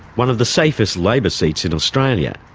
one of the safest labor seats in australia.